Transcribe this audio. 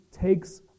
takes